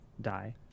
die